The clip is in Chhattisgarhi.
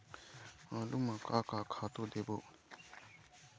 आलू म का का खातू देबो?